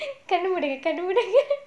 கண்ண மூடுங்க:kanna moodunga